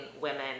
women